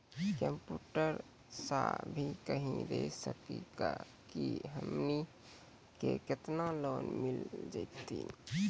Computer सा भी कही देख सकी का की हमनी के केतना लोन मिल जैतिन?